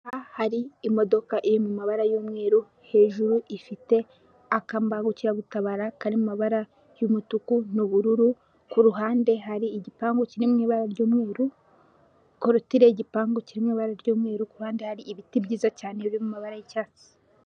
Aha hari imodoka iri mu mabara y'umweru hejuru ifite akambangukiragutabara kari mu mabara y'umutuku n'ubururu, ku ruhande hari igipangu kiri mu ibara ry'umweru, korutire y'igipangu kiri mu ibara ry'umweru, ku ruhande hari ibiti byiza cyane biri mu mabara y'icyatsi.